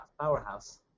powerhouse